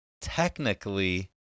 technically